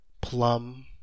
plum